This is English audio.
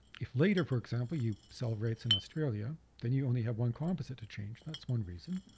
if later, for example, you sell rights in australia then you only have one composite to change. that's one reason.